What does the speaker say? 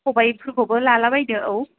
खबायफोरखौबो लाला बाइदो औ